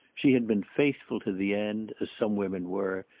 she had been faithful to the end, as some women were,